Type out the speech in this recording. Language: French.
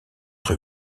rue